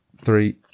three